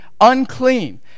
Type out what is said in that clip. unclean